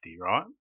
right